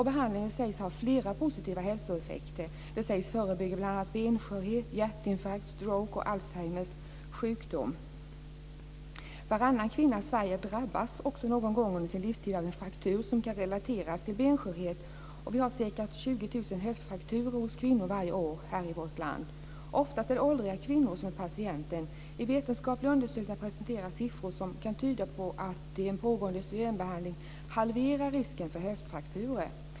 Behandlingen sägs ha flera positiva hälsoeffekter. Den sägs förebygga bl.a. benskörhet, hjärtinfarkt, stroke och Alzheimers sjukdom. Varannan kvinna i Sverige drabbas någon gång under sin livstid av en fraktur som kan relateras till benskörhet. Vi har ca 20 000 höftfrakturer hos kvinnor varje år i vårt land. Ofta är det åldriga kvinnor som är patienter. I vetenskapliga undersökningar presenteras siffror som kan tyda på att en pågående östrogenbehandling halverar risken för höftfrakturer.